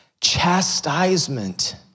chastisement